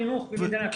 החינוך במדינת ישראל.